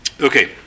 Okay